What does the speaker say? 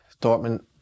Dortmund